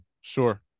Sure